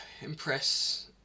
impress